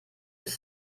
ist